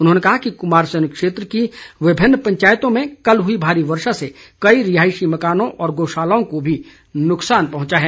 उन्होंने कहा कि कुमारसेन क्षेत्र की विभिन्न पंचायतों में कल हुई भारी वर्षा से कई रिहायशी मकानों और गौशालाओं को भी नुकसान पहुंचा है